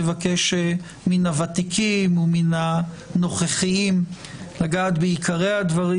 נבקש מן הוותיקים ומן הנוכחיים לגעת בעיקרי הדברים,